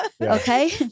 Okay